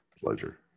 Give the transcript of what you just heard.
pleasure